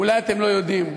אולי אתם לא יודעים,